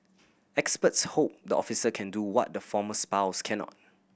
experts hope the officer can do what the former spouse cannot